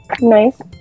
Nice